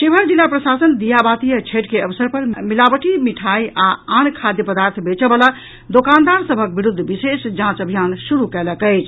शिवहर जिला प्रशासन दियाबाती आ छठि के अवसर पर मिलावटी मिठाई आ आन खाद्य पदार्थ बेचऽवला दोकानदार सभक विरूद्व विशेष जांच अभियान शुरू कयलक अछि